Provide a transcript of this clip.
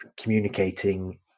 communicating